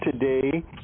today